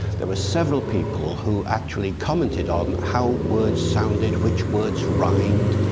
there were several people who actually commented on how words sounded, which words rhymed,